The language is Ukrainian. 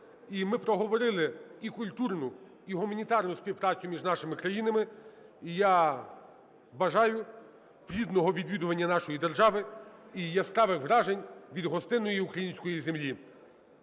ми проговорили і культурну, і гуманітарну співпрацю між нашими країнами. І я бажаю плідного відвідування нашої держави і яскравих вражень від гостинної української землі.